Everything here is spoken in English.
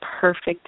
perfect